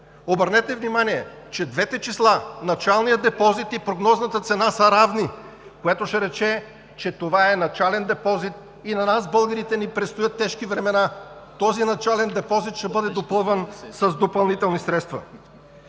Обърнете внимание, че двете числа – началният депозит и прогнозната цена, са равни, което ще рече, че това е начален депозит и на нас, българите, ни предстоят тежки времена. Този начален депозит ще бъде допълван с допълнителни средства.